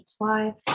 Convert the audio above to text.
apply